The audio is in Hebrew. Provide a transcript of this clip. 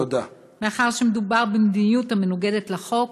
מאחר שמדובר במדיניות המנוגדת לחוק,